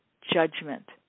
judgment